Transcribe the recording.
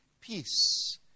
peace